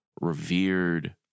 revered